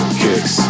kicks